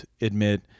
admit